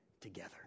together